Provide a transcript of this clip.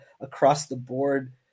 across-the-board